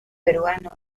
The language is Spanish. peruano